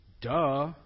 duh